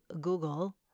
Google